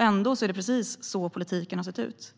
Ändå är det precis så politiken har sett ut.